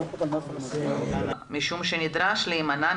וכבר אני אומרת שאני רוצה ישר להגיע לייעוץ